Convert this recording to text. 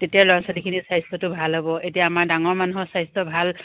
তেতিয়া ল'ৰা ছোৱালীখিনি স্বাস্থ্যটো ভাল হ'ব এতিয়া আমাৰ ডাঙৰ মানুহৰ স্বাস্থ্য ভাল